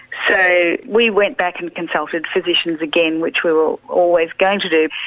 so we went back and consulted physicians again, which we were always going to do.